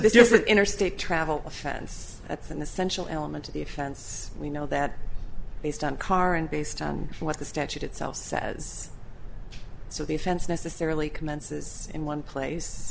different interstate travel offense at an essential element of the offense we know that based on current based on what the statute itself says so the offense necessarily commences in one place